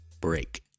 break